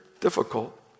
difficult